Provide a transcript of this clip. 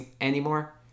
anymore